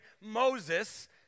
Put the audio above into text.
Moses